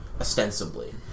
ostensibly